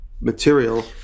material